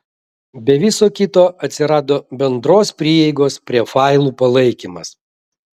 be viso kito atsirado bendros prieigos prie failų palaikymas